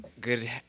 good